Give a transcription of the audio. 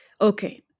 Okay